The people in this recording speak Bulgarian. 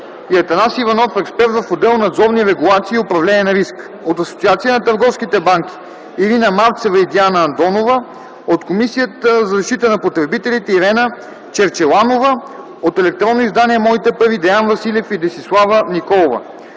и Атанас Иванов – експерт в отдел „Надзорни регулации и управление на риска”, от Асоциацията на търговските банки – Ирина Марцева и Диана Андонова, от Комисията за защита на потребителите – Ирена Черчеланова, от електронното издание „Моите пари” – Деян Василев и Десислава Николова.